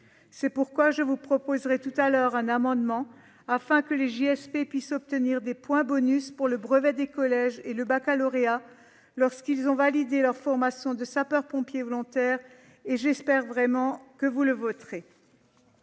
C'est pourquoi je vous proposerai un amendement afin que les JSP puissent obtenir des points bonus pour le brevet des collèges et le baccalauréat, lorsqu'ils ont validé leur formation de sapeurs-pompiers volontaires. J'espère vraiment que vous le voterez.